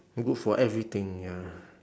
good for everything ya